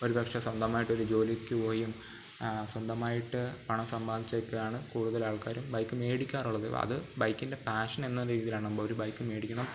ഒരുപക്ഷേ സ്വന്തമായിട്ടൊരു ജോലിക്ക് പോയിയും സ്വന്തമായിട്ട് പണം സമ്പാദിച്ചൊക്കെയാണ് കൂടുതൽ ആൾക്കാരും ബൈക്ക് മേടിക്കാറുള്ളത് അത് ബൈക്കിൻ്റെ പാഷൻ എന്ന രീതിയിലാണ് മ്പ ഒരു ബൈക്ക് മേടിക്കണം